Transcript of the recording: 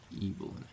evil